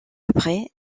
après